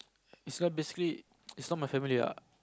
it's so basically is not my family ah